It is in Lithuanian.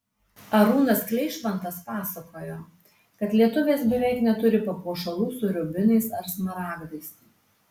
arūnas kleišmantas pasakojo kad lietuvės beveik neturi papuošalų su rubinais ar smaragdais